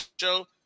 Show